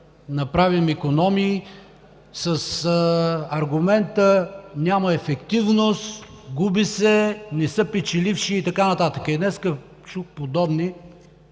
направим икономии!“, с аргумента „Няма ефективност, губи се, не са печеливши!“, и така нататък. И днес чух подобни